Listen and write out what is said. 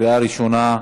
בקריאה ראשונה.